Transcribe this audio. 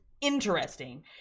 interesting